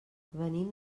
venim